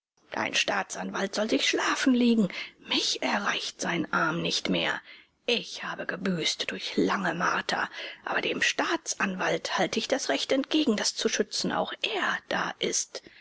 dein staatsanwalt soll sich schlafen legen mich erreicht sein arm nicht mehr ich habe gebüßt durch lange marter aber dem staatsanwalt halte ich das recht entgegen das zu schützen auch er da ist